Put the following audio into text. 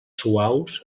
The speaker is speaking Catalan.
suaus